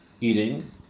eating